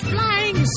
Flying